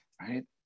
Right